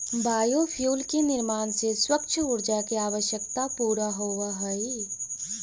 biofuel के निर्माण से स्वच्छ ऊर्जा के आवश्यकता पूरा होवऽ हई